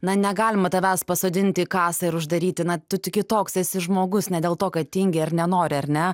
na negalima tavęs pasodinti į kasą ir uždaryti na tu kitoks esi žmogus ne dėl to kad tingi ar nenori ar ne